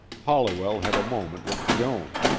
holliwell had a moment with joan.